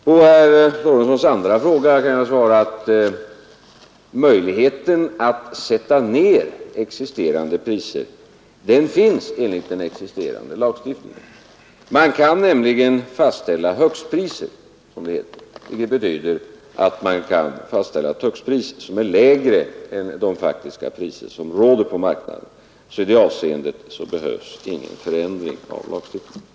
På herr Lorentzons andra fråga kan jag svara att möjligheten att sätta ner rådande priser finns enligt den existerande lagstiftningen. Man kan nämligen fastställa högstpriser, som det heter, vilket betyder att man kan fastställa ett högstpris som är lägre än de faktiska priser som råder på marknaden. I det avseendet behövs alltså ingen förändring av lagstiftningen.